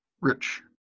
Rich